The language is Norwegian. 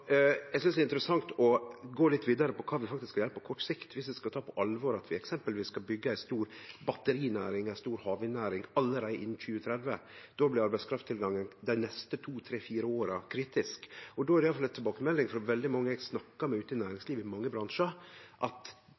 Eg synest det er interessant å gå litt vidare på kva vi skal gjere på kort sikt viss vi skal ta på alvor at vi eksempelvis skal byggje ei stort batterinæring og ei stor havvindnæring allereie innan 2030. Då blir arbeidskrafttilgangen dei neste to–fire åra kritisk. Eg har fått tilbakemelding frå veldig mange eg har snakka med i næringslivet, i mange bransjar, om at